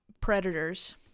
predators